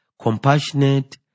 compassionate